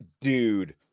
dude